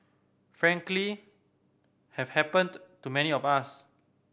frankly have happened to many of us